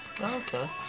Okay